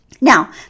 Now